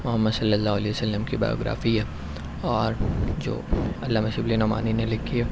محمد صلی اللہ علیہ وسلم کی بائیوگرافی ہے اور جو علامہ شبلی نعمانی نے لکھی ہے